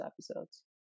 episodes